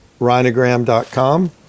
rhinogram.com